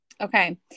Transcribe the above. Okay